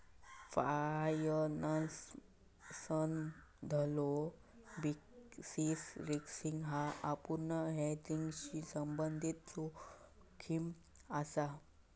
फायनान्समधलो basis risk ह्या अपूर्ण हेजिंगशी संबंधित जोखीम असा